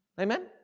Amen